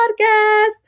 podcast